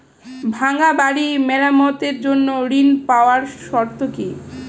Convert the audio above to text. ভাঙ্গা বাড়ি মেরামতের জন্য ঋণ পাওয়ার শর্ত কি?